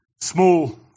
Small